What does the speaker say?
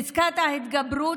פסקת ההתגברות,